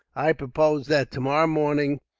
i propose that, tomorrow morning,